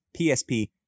PSP